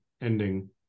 ending